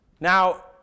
Now